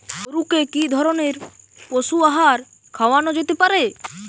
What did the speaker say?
গরু কে কি ধরনের পশু আহার খাওয়ানো যেতে পারে?